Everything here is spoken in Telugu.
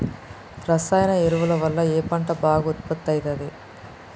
రసాయన ఎరువుల వల్ల ఏ పంట బాగా ఉత్పత్తి అయితది?